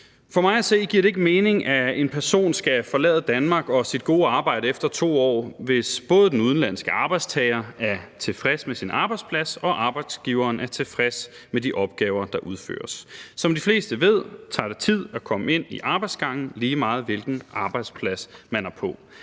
For mig at se giver det ikke mening, at en person skal forlade Danmark og sit gode arbejde efter 2 år, hvis både den udenlandske arbejdstager er tilfreds med sin arbejdsplads og arbejdsgiveren er tilfreds med de opgaver, der udføres. Som de fleste ved, tager det tid at komme ind i arbejdsgangen, lige meget hvilken arbejdsplads man er på.